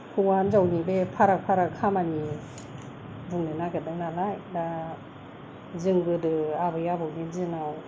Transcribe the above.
हौवा हिनजावनि बे फाराग फाराग खामानि बुंनो नागिरदों नालाय दा जों गोदो आबै आबौनि दिनाव